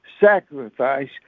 sacrifice